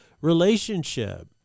relationship